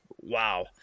Wow